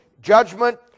judgment